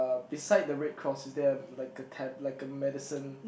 beside the red cross is there a like a tab like a medicine